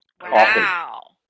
wow